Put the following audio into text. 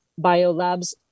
biolabs